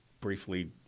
briefly